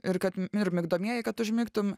ir kad ir migdomieji kad užmigtum